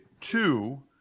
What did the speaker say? two